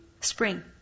spring